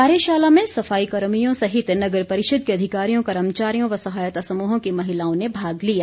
कार्यशाला में सफाई कर्मियों सहित नगर परिषद के अधिकारियों कर्मचारियों व स्वयं सहायता समूहों की महिलाओं ने भाग लिया